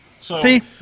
See